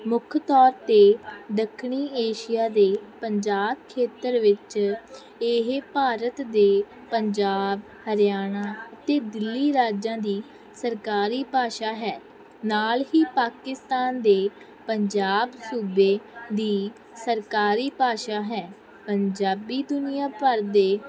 ਮੁੱਖ ਤੌਰ 'ਤੇ ਦੱਖਣੀ ਏਸ਼ੀਆ ਦੇ ਪੰਜਾਬ ਖੇਤਰ ਵਿੱਚ ਇਹ ਭਾਰਤ ਦੇ ਪੰਜਾਬ ਹਰਿਆਣਾ ਅਤੇ ਦਿੱਲੀ ਰਾਜਾਂ ਦੀ ਸਰਕਾਰੀ ਭਾਸ਼ਾ ਹੈ ਨਾਲ ਹੀ ਪਾਕਿਸਤਾਨ ਦੇ ਪੰਜਾਬ ਸੂਬੇ ਦੀ ਸਰਕਾਰੀ ਭਾਸ਼ਾ ਹੈ ਪੰਜਾਬੀ ਦੁਨੀਆਂ ਭਰ ਦੇ